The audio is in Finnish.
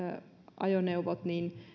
ajoneuvot